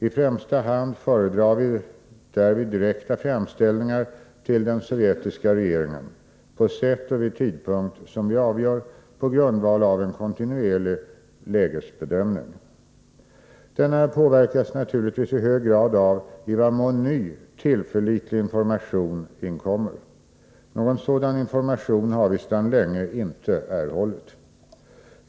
I främsta hand föredrar vi därvid direkta framställningar till den sovjetiska regeringen på sätt och vid tidpunkt som vi avgör på grundval av en kontinuerlig lägesbedömning. Denna påverkas naturligtvis i hög grad av i vad mån ny, tillförlitlig information inkommer. Någon sådan information har vi sedan länge inte erhållit.